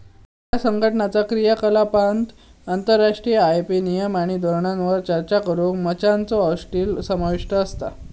ह्या संघटनाचा क्रियाकलापांत आंतरराष्ट्रीय आय.पी नियम आणि धोरणांवर चर्चा करुक मंचांचो होस्टिंग समाविष्ट असता